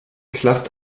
klafft